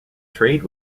trade